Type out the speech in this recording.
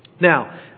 Now